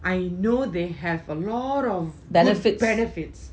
I know they have a lot of benefit